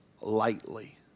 lightly